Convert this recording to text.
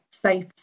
Safe